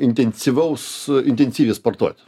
intensyvaus intensyviai sportuot